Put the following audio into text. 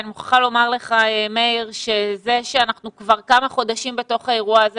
אני מוכרחה לומר לך מאיר שזה שאנחנו כבר כמה חודשים בתוך האירוע הזה,